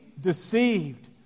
deceived